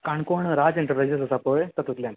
Canacona Raj enterprises आसा पळय तातूंल्यान